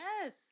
Yes